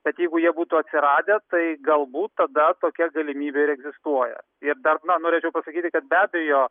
bet jeigu jie būtų atsiradę tai galbūt tada tokia galimybė ir egzistuoja ir dar na norėčiau pasakyti kad be abejo